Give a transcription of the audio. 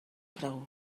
prou